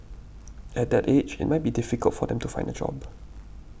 at that age it might be difficult for them to find a job